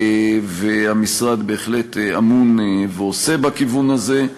המשרד בהחלט אמון ועושה בכיוון הזה.